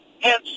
Hence